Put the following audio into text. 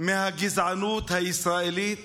מהגזענות הישראלית